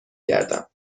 گردم